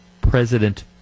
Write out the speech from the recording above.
President